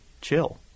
chill